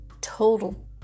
total